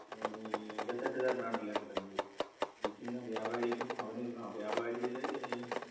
ഇടത്തട്ടുകാരനാണ് എല്ലാം കിട്ടുന്നത് വിൽക്കുന്ന വ്യാപാരിക്കും അവന് വ്യാപാരിയുടെ